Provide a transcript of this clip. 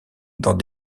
dans